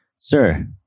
Sir